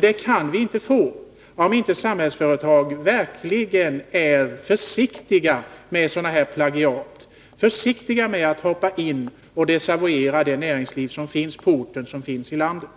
Det kan vi inte få, om inte Samhällsföretag verkligen är försiktigt med sådana här plagiat, försiktigt med att hoppa in och desavouera det näringsliv som finns på orten och det som finns i landet.